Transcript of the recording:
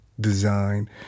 design